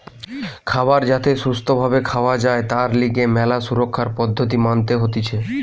খাবার যাতে সুস্থ ভাবে খাওয়া যায় তার লিগে ম্যালা সুরক্ষার পদ্ধতি মানতে হতিছে